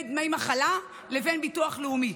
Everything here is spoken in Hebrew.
בין דמי מחלה לבין ביטוח לאומי.